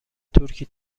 ترکی